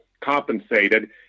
compensated